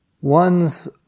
One's